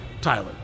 tyler